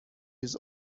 his